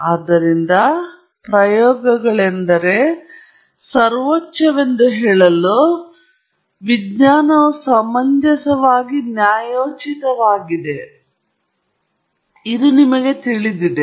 ಆದ್ದರಿಂದ ಪ್ರಯೋಗಗಳೆಂದರೆ ಸರ್ವೋಚ್ಚವೆಂದು ಹೇಳಲು ವಿಜ್ಞಾನವು ಸಮಂಜಸವಾಗಿ ನ್ಯಾಯೋಚಿತವಾಗಿದೆ ಎಂದು ನಿಮಗೆ ತಿಳಿದಿದೆ